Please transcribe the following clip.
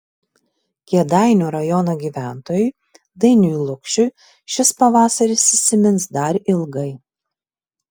kėdainių rajono gyventojui dainiui lukšiui šis pavasaris įsimins dar ilgai